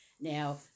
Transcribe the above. Now